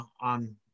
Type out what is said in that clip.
on